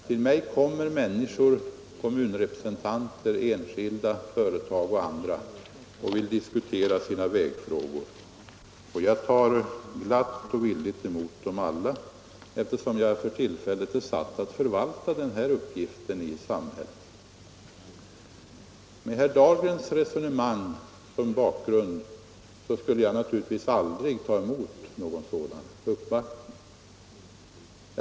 Till mig kommer nämligen kommunrepresentanter, företagare och enskilda för att diskutera sina vägfrågor, och jag tar emot dem alla glatt och villigt, eftersom jag för tillfället är satt att förvalta den uppgiften i samhället. Men med herr Dahlgrens resonemang som bakgrund skulle jag aldrig ta emot några sådana uppvaktningar.